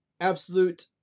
absolute